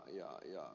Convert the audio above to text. hoskoselle